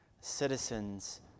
citizens